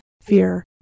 fear